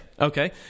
Okay